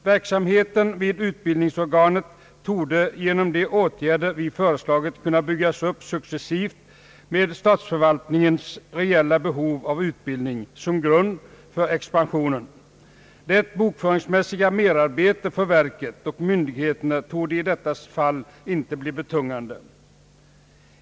Verksamheten där torde genom de åtgärder vi föreslagit kunna byggas upp Successivt med statsförvaltningens reella behov av utbildning som grund för expansionen. Det bokföringsmässiga merarbetet för verken och myndigheterna torde i detta fall inte bli betungande.